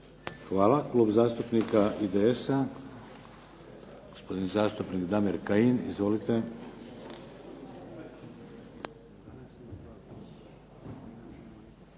Hvala. Klub zastupnika IDS-a, gospodin zastupnik Damir Kajin. Izvolite.